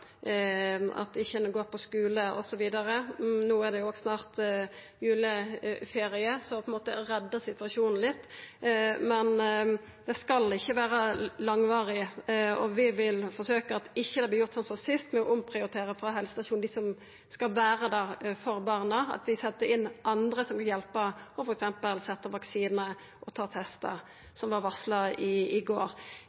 at ein ikkje går på skule osv. – no er det jo òg snart juleferie, som på ein måte reddar situasjonen litt – men det skal ikkje vera langvarig. Vi vil forsøkja å hindra at det vert gjort som sist, at ein omprioriterer vekk frå helsestasjonar dei som skal vera der for barna. Ein må setja inn andre til f.eks. å hjelpa med å setja vaksiner og ta